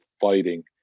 fighting